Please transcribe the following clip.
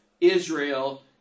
Israel